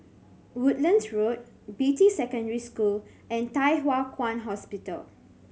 Woodlands Road Beatty Secondary School and Thye Hua Kwan Hospital